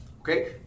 okay